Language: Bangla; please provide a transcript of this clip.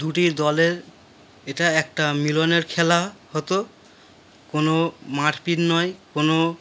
দুটি দলের এটা একটা মিলনের খেলা হতো কোনও মারপিট নয় কোনও